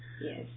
Yes